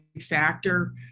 factor